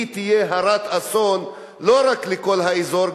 היא תהיה הרת אסון לא רק לכל האזור,